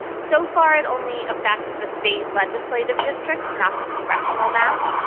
so far it only affects the state legislative districts not the congressional map.